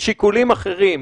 ה-R יורד משיקולים אחרים.